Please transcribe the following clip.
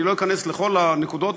אני לא אכנס לכל הנקודות,